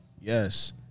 yes